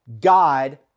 God